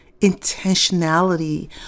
intentionality